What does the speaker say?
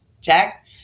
Jack